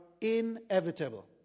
inevitable